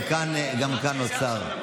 אבל גם כאן נוצר,